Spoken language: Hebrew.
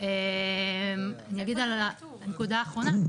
אני אגיד על הנקודה האחרונה,